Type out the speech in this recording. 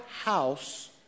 house